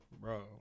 Bro